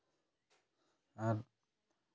ᱟᱨ